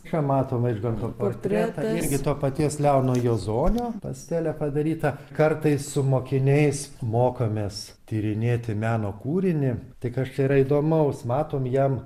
čia matom vaižganto portretas irgi to paties leono juozonio pastele padaryta kartais su mokiniais mokomės tyrinėti meno kūrinį tai kas čia yra įdomaus matom jam